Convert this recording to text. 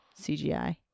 CGI